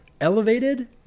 elevated